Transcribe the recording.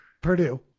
Purdue